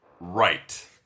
right